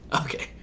Okay